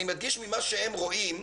אני מדגיש את "שהם רואים",